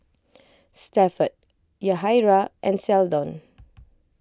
Stafford Yahaira and Seldon